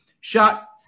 shot